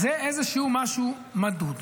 זה משהו מדוד,